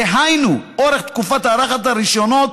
דהיינו משך תקופת הארכת הרישיונות,